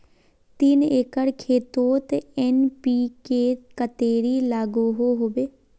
तीन एकर खेतोत एन.पी.के कतेरी लागोहो होबे?